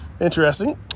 Interesting